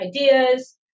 ideas